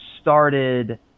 started